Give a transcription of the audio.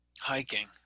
hiking